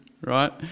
right